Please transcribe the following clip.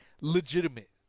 legitimate